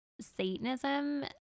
Satanism